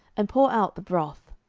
and pour out the broth.